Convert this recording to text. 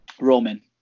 Roman